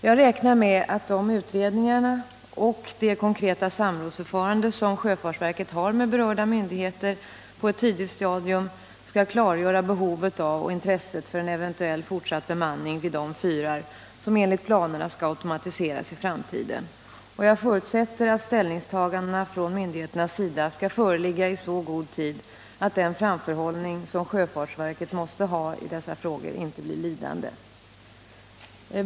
Jag räknar med att utredningarna och det konkreta samrådsförfarande som sjöfartsverket har med berörda myndigheter på ett tidigt stadium skall klargöra behovet av och intresset för en eventuell fortsatt bemanning av de fyrar som enligt planerna skall automatiseras i framtiden. Jag förutsätter också att ställningstagandena från myndigheternas sida skall föreligga i så god tid att den framförhållning som 1 sjöfartsverket måste ha i dessa frågor inte blir lidande.